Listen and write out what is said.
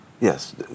Yes